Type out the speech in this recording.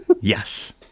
Yes